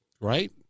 right